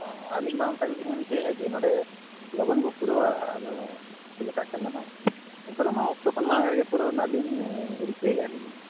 ᱚ ᱟᱹᱞᱤᱧ ᱢᱟ ᱚᱱᱠᱟ ᱜᱮᱞᱤᱧ ᱢᱮᱱ ᱚᱪᱚᱭᱮᱜᱼᱫ ᱡᱮ ᱱᱚᱸᱰᱮ ᱞᱚᱜᱚᱱ ᱵᱚ ᱯᱩᱨᱟᱹᱣᱟ ᱟᱫᱚ ᱪᱮᱫ ᱞᱮᱠᱟ ᱠᱟᱱᱟ ᱦᱟᱸᱜ ᱚᱱᱠᱟ ᱫᱚ ᱢᱟ ᱚᱠᱛᱚ ᱠᱷᱚᱱ ᱢᱟᱲᱟᱝ ᱨᱮᱜᱮ ᱯᱩᱨᱟᱹᱣ ᱨᱮᱱᱟ ᱞᱤᱧ ᱨᱤᱠᱟᱹᱭᱮᱫ ᱟᱹᱞᱤᱧ